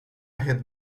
had